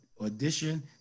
audition